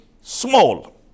small